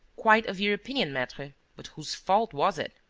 quite of your opinion, maitre but whose fault was it?